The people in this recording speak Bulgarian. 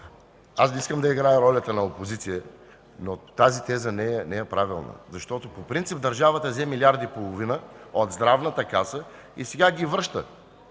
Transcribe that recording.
Не искам да играя ролята на опозиция, но тази теза не е правилна, защото по принцип държавата взе милиард и половина от Здравната каса и сега ги връща.